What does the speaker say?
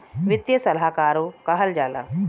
वित्तीय सलाहकारो कहल जाला